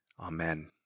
Amen